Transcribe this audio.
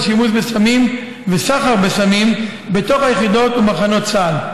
שימוש בסמים וסחר בסמים בתוך היחידות ובמחנות צה"ל.